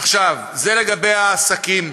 עכשיו, זה לגבי העסקים.